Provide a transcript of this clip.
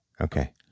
Okay